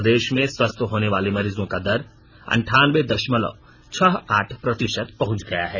प्रदेश में स्वस्थ होने वाले मरीजों का दर अंठानबे दशमलव छह आठ प्रतिशत पहुंच गया है